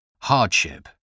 Hardship